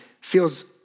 feels